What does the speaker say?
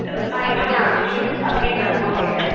good morning ma'am நான் அபினே அபினேஷோடய அம்மா பேசுகிறேன்